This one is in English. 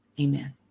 Amen